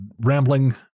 rambling